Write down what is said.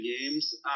games